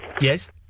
Yes